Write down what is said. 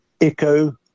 Echo